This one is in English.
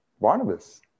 Barnabas